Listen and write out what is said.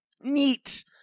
neat